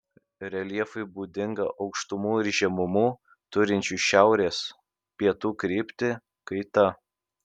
reljefui būdinga aukštumų ir žemumų turinčių šiaurės pietų kryptį kaita